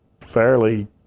fairly